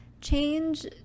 Change